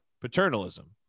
paternalism